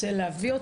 רוצה להביא אותה,